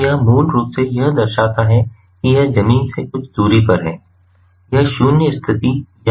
तो यह मूल रूप से यह दर्शाता है कि यह जमीन से कुछ दूरी पर है यह शून्य स्थिति या x और y अक्ष के समान नहीं है